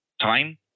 time